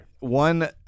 One